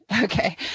Okay